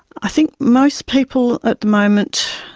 i think most people at the moment,